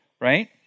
Right